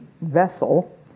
vessel